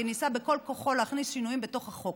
ניסה בכל כוחו להכניס שינויים בתוך החוק.